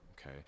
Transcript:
okay